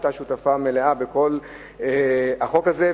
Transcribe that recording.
שהיתה שותפה מלאה בכל החוק הזה.